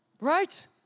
right